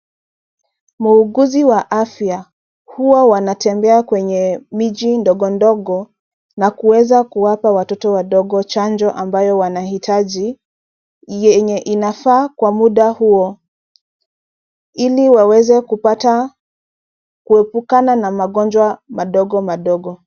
Muuguzi wa afya. Huwa wanatembea kwenye miji ndogondogo na kuweza kuwapa watoto wadogo chanjo ambayo wanahitaji, yenye inafaa kwa muda huo. Ili waweze kupata kuepukana na magonjwa madogo madogo.